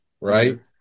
right